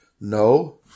no